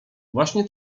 właśnie